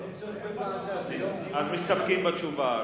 אז מסתפקים בתשובה.